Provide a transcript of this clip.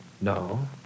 No